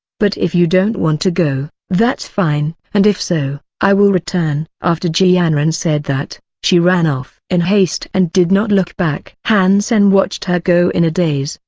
but if you don't want to go, that's fine. and if so, i will return. after ji yanran said that, she ran off in haste and did not look back. han sen watched her go in a daze,